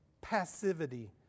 passivity